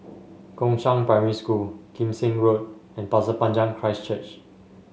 Gongshang Primary School Kim Seng Road and Pasir Panjang Christ Church